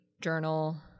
journal